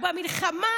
במלחמה,